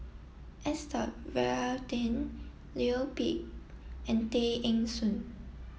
Varathan Leo Yip and Tay Eng Soon